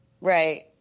right